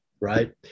right